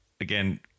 again